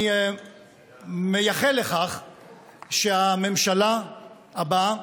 אני מייחל לכך שהממשלה הבאה,